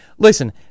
Listen